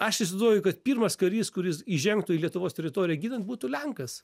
aš įsivaizduoju kad pirmas karys kuris įžengtų į lietuvos teritoriją ginant būtų lenkas